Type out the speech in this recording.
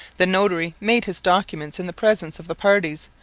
the notary made his documents in the presence of the parties,